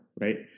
right